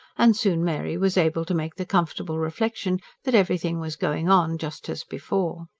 and soon mary was able to make the comfortable reflection that everything was going on just as before.